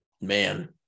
man